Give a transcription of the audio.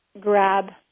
grab